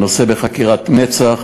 הנושא בחקירת מצ"ח,